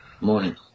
morning